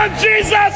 Jesus